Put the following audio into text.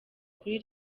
kuri